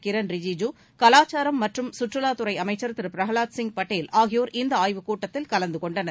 கிரண் ரிஜிஐூ கலாச்சார மற்றும் சுற்றுவாத் துறை அமைச்சர் திரு பிரகலாத் சிப் படேல் ஆகியோர் இந்த ஆய்வுக் கூட்டத்தில் கலந்து கொண்டனர்